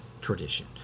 Tradition